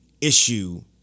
issue